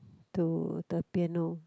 to the piano